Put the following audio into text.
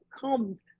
comes